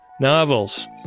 novels